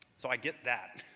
so i get that,